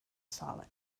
solid